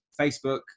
facebook